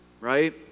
right